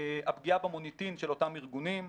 הפגיעה במוניטין של אותם ארגונים,